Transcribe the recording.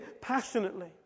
passionately